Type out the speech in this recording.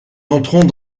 entrons